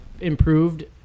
improved